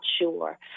sure